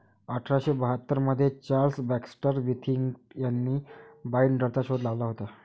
अठरा शे बाहत्तर मध्ये चार्ल्स बॅक्स्टर विथिंग्टन यांनी बाईंडरचा शोध लावला होता